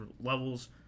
levels